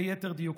ליתר דיוק.